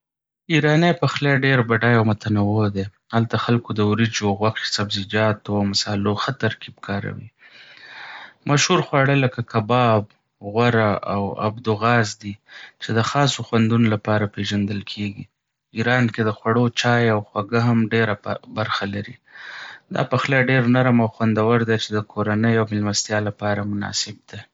ایراني پخلی ډېر بډای او متنوع دی. هلته خلکو د وریجو، غوښې، سبزیجاتو او مصالحو ښه ترکیب کاروي. مشهور خواړه لکه کباب، غوره، او ابدو غاز دي چې د خاصو خوندونو لپاره پیژندل کېږي. ایران کې د خوړو چای او خوږه هم ډېره برخه لري. دا پخلی ډېر نرم او خوندور دی چې د کورنۍ او مېلمستیا لپاره مناسب دی.